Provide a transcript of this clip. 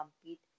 compete